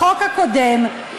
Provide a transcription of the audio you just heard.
בחוק הקודם,